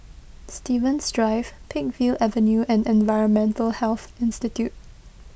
Stevens Drive Peakville Avenue and Environmental Health Institute